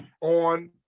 on